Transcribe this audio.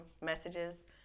messages